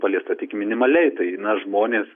paliesta tik minimaliai tai na žmonės